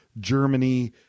Germany